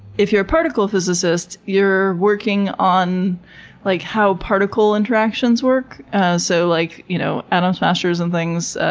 if you're a particle physicist you're working on like how particle interactions work, and so like you know atom smashers and things,